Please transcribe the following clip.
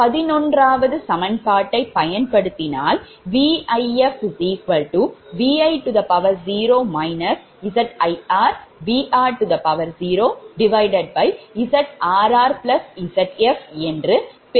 எனவே 11 சமன்பாட்டைப் பயன்படுத்தினால் VifVi0 Zir Vr 0ZrrZf ஏற்பட்டுள்ளது